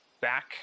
back